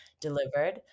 delivered